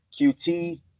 QT